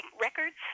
records